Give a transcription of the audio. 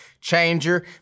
changer